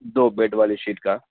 دو bed والی sheet کا